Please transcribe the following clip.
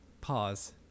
Pause